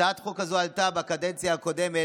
הצעת החוק הזאת עלתה בקדנציה קודמת